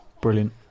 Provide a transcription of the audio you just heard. brilliant